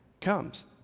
comes